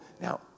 Now